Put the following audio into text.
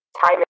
time